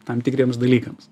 tam tikriems dalykams